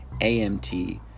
AMT